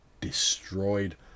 destroyed